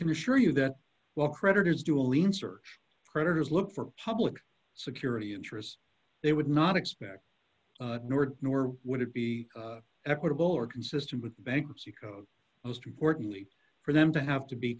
can assure you that while creditors do a lean search predators look for public security interests they would not expect nor nor would it be equitable or consistent with bankruptcy code most importantly for them to have to be